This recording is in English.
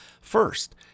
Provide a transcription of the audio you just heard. First